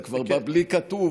אתה כבר בלי כתוב,